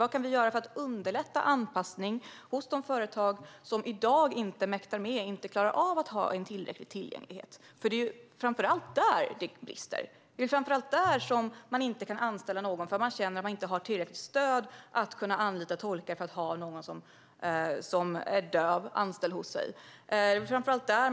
Vad kan vi göra för att underlätta anpassning i de företag som i dag inte klarar av att ha tillräcklig tillgänglighet? Det är framför allt här det brister. Dessa företag känner att de inte har tillräckligt stöd för att till exempel kunna anlita tolkar och därmed anställa någon som är döv.